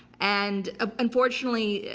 and unfortunately,